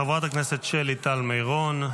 חברת הכנסת שלי טל מירון,